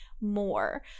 more